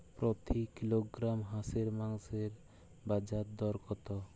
প্রতি কিলোগ্রাম হাঁসের মাংসের বাজার দর কত?